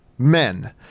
Men